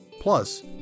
Plus